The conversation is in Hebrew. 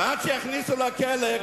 ועד שיכניסו לכלא,